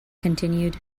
continued